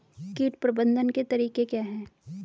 कीट प्रबंधन के तरीके क्या हैं?